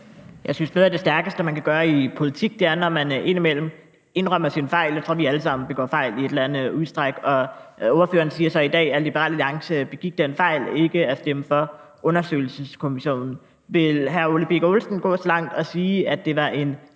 Jeg synes, at noget af det stærkeste, man kan gøre i politik, er, når man indimellem indrømmer sine fejl. Jeg tror, vi alle sammen begår fejl i en eller anden udstrækning, og ordføreren siger så i dag, at Liberal Alliance begik den fejl ikke at stemme for undersøgelseskommissionen. Vil hr. Ole Birk Olesen gå så langt som at sige, at det var en